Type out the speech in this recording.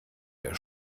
der